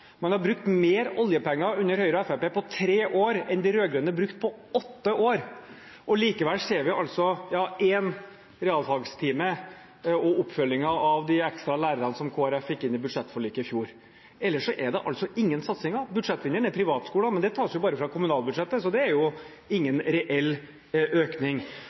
Man har brukt mer oljepenger på tre år under Høyre–Fremskrittsparti-regjeringen enn de rød-grønne brukte på åtte år. Vi ser altså én realfagstime og oppfølgingen av de ekstra lærerne som Kristelig Folkeparti fikk inn i budsjettforliket i fjor, ellers er det ingen satsinger. Budsjettvinnerne er privatskolene, men dette tas bare fra kommunalbudsjettet, så det er ingen reell økning.